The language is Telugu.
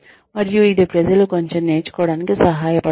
మరియు ఇది ప్రజలు కొంచెం నేర్చుకోవడానికి సహాయపడుతుంది